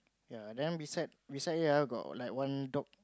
ya then beside beside it ah got like one dog